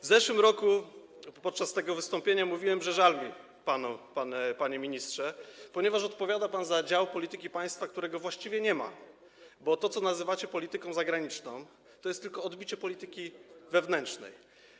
W zeszłym roku podczas wystąpienia mówiłem, że żal mi pana, panie ministrze, ponieważ odpowiada pan za dział polityki, którego właściwie nie ma, bo to, co nazywacie polityką zagraniczną, to jest tylko odbicie polityki wewnętrznej.